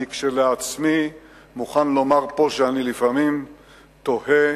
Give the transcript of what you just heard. כשלעצמי אני מוכן לומר פה שלפעמים אני תוהה